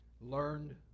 learned